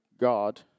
God